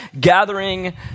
gathering